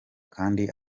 kandi